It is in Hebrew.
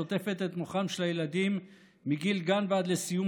שוטפת את מוחם של הילדים מגיל גן ועד לסיום